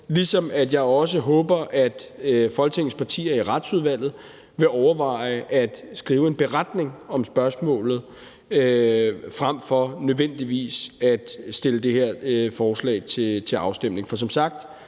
ligesom jeg også håber, at Folketingets partier i Retsudvalget vil overveje at skrive en beretning om spørgsmålet frem for nødvendigvis at sende det her forslag til afstemning.